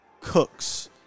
Cooks